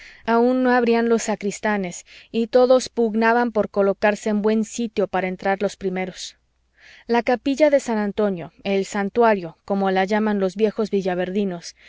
aun no abrían los sacristanes y todos pugnaban por colocarse en buen sitio para entrar los primeros la capilla de san antonio el santuario como la llaman los viejos